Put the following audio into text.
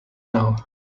now